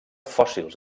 fòssils